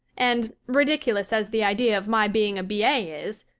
and, ridiculous as the idea of my being a b a. is,